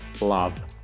love